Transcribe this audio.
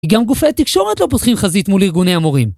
גם גופי התקשורת לא פותחים חזית מול ארגוני המורים.